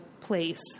place